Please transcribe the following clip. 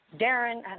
Darren